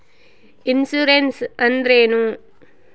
Insurance ಅಂದ್ರೇನು?